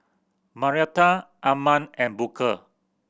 Marietta Arman and Booker